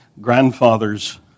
grandfather's